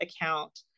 account